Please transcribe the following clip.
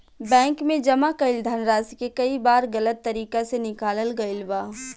bank में जमा कईल धनराशि के कई बार गलत तरीका से निकालल गईल बा